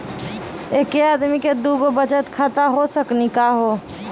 एके आदमी के दू गो बचत खाता हो सकनी का हो?